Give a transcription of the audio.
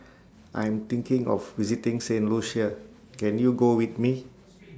I Am thinking of visiting Saint Lucia Can YOU Go with Me